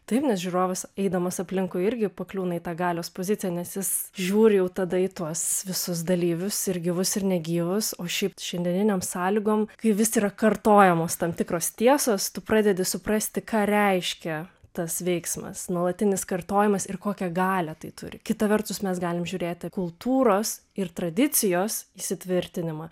taip nes žiūrovas eidamas aplinkui irgi pakliūna į tą galios poziciją nes jis žiūri jau tada į tuos visus dalyvius ir gyvus ir negyvus o šiaip šiandieninėm sąlygom kai vis yra kartojamos tam tikros tiesos tu pradedi suprasti ką reiškia tas veiksmas nuolatinis kartojimas ir kokią galią tai turi kita vertus mes galim žiūrėti kultūros ir tradicijos įsitvirtinimą